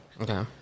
Okay